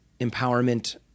empowerment